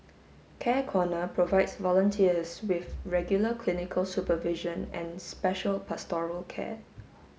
care corner provides volunteers with regular clinical supervision and special pastoral care